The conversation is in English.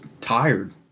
tired